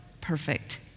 perfect